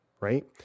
right